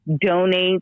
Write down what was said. donate